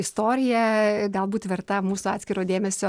istorija galbūt verta mūsų atskiro dėmesio